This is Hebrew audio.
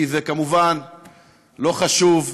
כי זה כמובן לא חשוב,